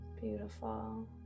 beautiful